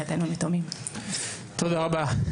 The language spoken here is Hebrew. תודה רבה.